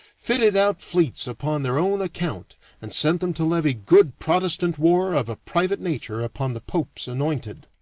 fitted out fleets upon their own account and sent them to levy good protestant war of a private nature upon the pope's anointed.